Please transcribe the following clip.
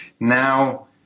Now